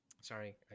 Sorry